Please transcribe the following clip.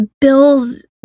Bill's